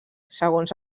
segons